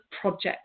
projects